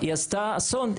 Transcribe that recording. היא עשתה אסון,